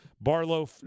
Barlow